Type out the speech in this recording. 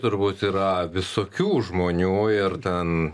turbūt yra visokių žmonių ir ten